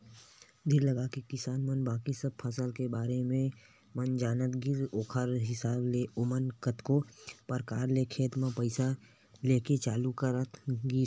धीर लगाके किसान मन बाकी सब फसल के बारे म जानत गिस ओखर हिसाब ले ओमन कतको परकार ले खेत म फसल लेके चालू करत गिस